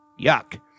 Yuck